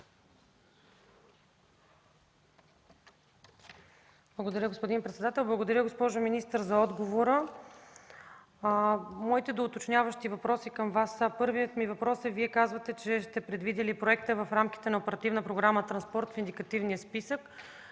Благодаря, господин председател. Благодаря, госпожо министър, за отговора. Моите уточняващи въпроси към Вас са следните. Първият ми въпрос е: Вие казвате, че сте предвидили проекта в рамките на Оперативна програма „Транспорт” в индикативния списък.